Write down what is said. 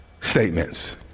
statements